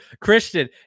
Christian